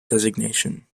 designation